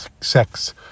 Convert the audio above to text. sex